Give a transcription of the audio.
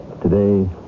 Today